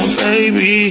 baby